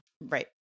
Right